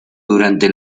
durante